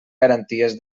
garanties